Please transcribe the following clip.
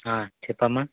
ఆ చెప్పమ్మ